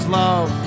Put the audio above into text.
love